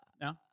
No